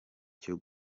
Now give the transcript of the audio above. cyo